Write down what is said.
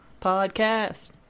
Podcast